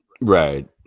Right